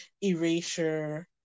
erasure